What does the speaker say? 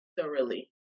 thoroughly